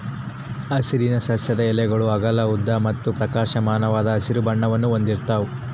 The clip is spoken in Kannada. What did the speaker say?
ಅರಿಶಿನ ಸಸ್ಯದ ಎಲೆಗಳು ಅಗಲ ಉದ್ದ ಮತ್ತು ಪ್ರಕಾಶಮಾನವಾದ ಹಸಿರು ಬಣ್ಣವನ್ನು ಹೊಂದಿರ್ತವ